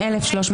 לכן,